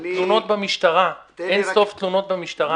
תלונות במשטרה, אין סוף תלונות במשטרה.